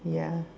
ya